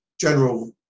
general